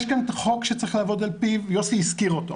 יש כאן חוק שצריך לעבוד על פיו, יוסי הזכיר אותו.